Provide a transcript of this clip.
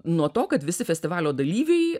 nuo to kad visi festivalio dalyviai